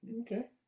Okay